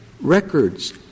records